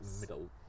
Middle